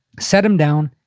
set him down,